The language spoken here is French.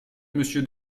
monsieur